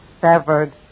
severed